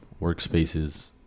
workspaces